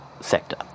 sector